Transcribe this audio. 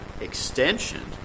extension